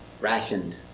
rationed